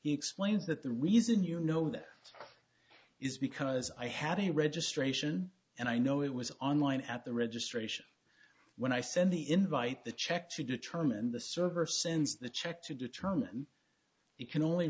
explains that the reason you know that is because i had a registration and i know it was online at the registration when i send the invite the check to determine the server sends the check to determine it can only